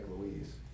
Louise